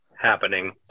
happening